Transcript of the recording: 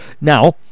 Now